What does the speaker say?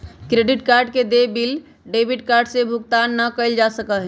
credit card के देय bill debit card से भुगतान ना कइल जा सका हई